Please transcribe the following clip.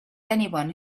anyone